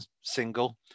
single